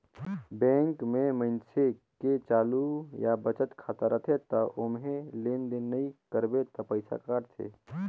bank में मइनसे के चालू या बचत खाता रथे त ओम्हे लेन देन नइ करबे त पइसा कटथे